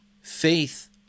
Faith